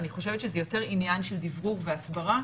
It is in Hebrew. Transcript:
אני חושבת שזה יותר עניין של דברור והסברה